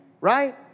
right